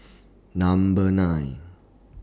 Number nine